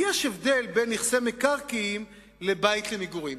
כי יש הבדל בין נכסי מקרקעין לבית למגורים.